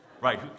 Right